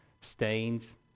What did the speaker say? stains